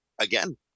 again